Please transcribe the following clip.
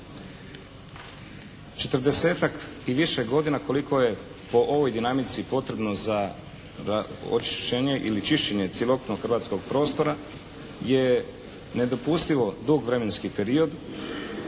40-ak i više godina koliko je po ovoj dinamici potrebno za očišćenje ili čišćenje cjelokupnog hrvatskog prostora je nedopustivo dug vremenski period.